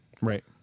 Right